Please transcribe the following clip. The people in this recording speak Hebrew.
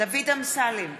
דוד אמסלם,